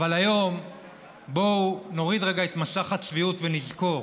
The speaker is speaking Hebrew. אבל היום בואו נוריד רגע את מסך הצביעות ונזכור: